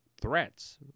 threats